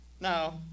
No